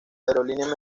aerolínea